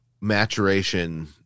maturation